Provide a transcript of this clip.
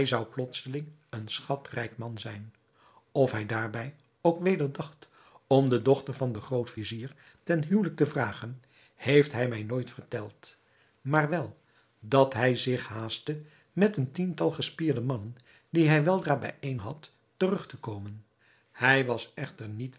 zou plotseling een schatrijk man zijn of hij daarbij ook weder dacht om de dochter van den groot-vizier ten huwelijk te vragen heeft hij mij nooit verteld maar wel dat hij zich haastte met een tiental gespierde mannen die hij weldra bijeen had terug te komen hij was echter niet